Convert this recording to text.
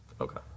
Okay